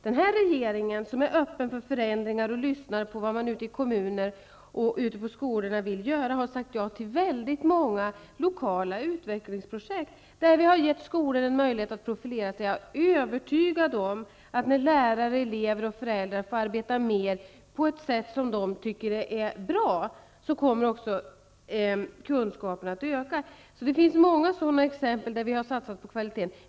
Denna regering är öppen för förändringar och lyssnar till vad man vill göra ute i kommuner och skolor, och vi har sagt ja till väldigt många lokala utvecklingsprojekt där vi gett skolor möjlighet att profilera sig. Jag är övertygad om, att när lärare, elever och föräldrar mer får arbeta på ett sätt som de tycker är bra, kommer också kunskapen att öka. Det finns många sådana exempel där vi har satsat på kvaliteten.